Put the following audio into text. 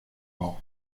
bauch